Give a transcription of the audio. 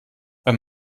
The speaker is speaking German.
wenn